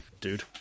Dude